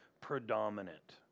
predominant